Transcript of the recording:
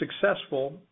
successful